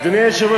אדוני היושב-ראש,